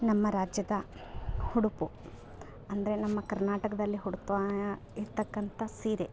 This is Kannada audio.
ನಮ್ಮ ರಾಜ್ಯದ ಉಡುಪು ಅಂದರೆ ನಮ್ಮ ಕರ್ನಾಟಕದಲ್ಲಿ ಹುಡುಕ್ತವಾ ಇರ್ತಕ್ಕಂಥ ಸೀರೆ